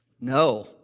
No